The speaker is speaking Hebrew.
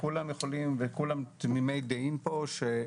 וכולם תמימי דעים פה,